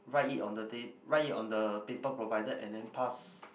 write it on the ta~ write it on the paper provided and then pass